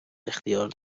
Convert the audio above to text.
اختیار